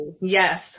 Yes